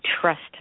trust